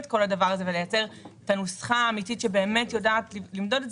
את הנוסחה האמיתית שבאמת יודעת למדוד את